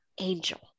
angel